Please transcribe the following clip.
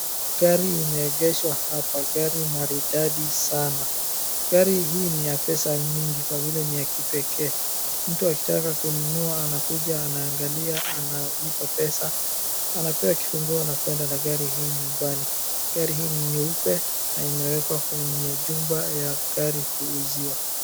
Gari imeegeshwa hapa, gari maridadi sana. Gari hii ni ya pesa nyingi kwa vile ni ya kipekee. Mtu akitaka kununua anakuja anaangalia, analipa pesa anapewa kifunguo anakwenda na gari hii nyumbani. Gari hii ni nyeupe na imewekwa kenye jumba ya gari kuuziwa.